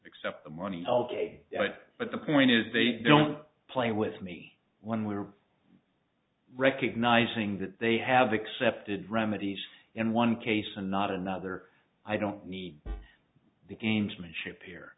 accept the money allocated but the point is they don't play with me when we are recognizing that they have accepted remedies in one case and not another i don't need the gamesmanship here